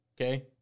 Okay